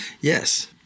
Yes